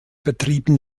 betrieben